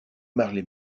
marley